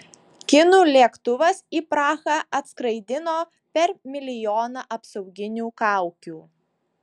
kinų lėktuvas į prahą atskraidino per milijoną apsauginių kaukių